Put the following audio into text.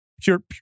pure